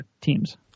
teams